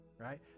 right